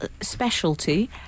specialty